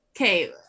Okay